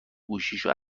گوشیشو